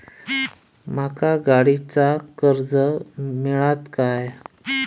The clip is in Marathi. माका गाडीचा कर्ज मिळात काय?